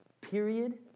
period